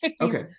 okay